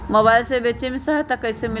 Mobile से बेचे में सहायता कईसे मिली?